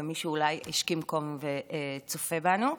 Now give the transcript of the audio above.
ומי שאולי השכים קום וצופה בנו,